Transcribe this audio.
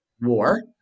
war